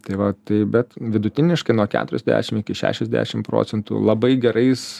tai va tai bet vidutiniškai nuo keturiasdešim iki šešiasdešim procentų labai gerais